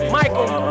michael